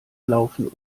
laufen